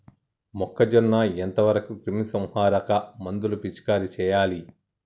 మొక్కజొన్న ఎంత వరకు క్రిమిసంహారక మందులు పిచికారీ చేయాలి?